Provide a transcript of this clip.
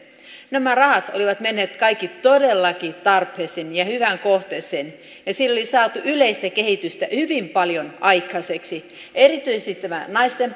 nämä rahat olivat menneet kaikki todellakin tarpeeseen ja hyvään kohteeseen ja niillä oli saatu yleistä kehitystä hyvin paljon aikaiseksi erityisesti tässä naisten